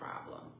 problem